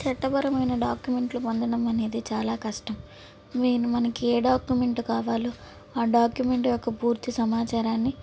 చట్టపరమైన డాక్యుమెంట్లు పొందడం అనేది చాలా కష్టం నేను మనకి ఏ డాక్యుమెంట్ కావాలో ఆ డాక్యుమెంట్ యొక్క పూర్తి సమాచారాన్ని